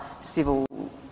civil